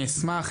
אני אשמח,